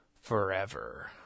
Forever